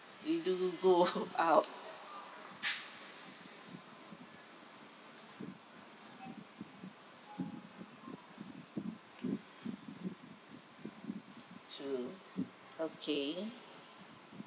you do go out to okay